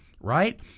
right